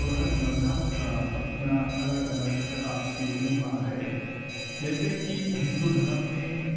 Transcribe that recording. اور ہر مذہب کا اپنا الگ الگ ثقافتی تہوار ہے جیسے کہ ہندو دھرم میں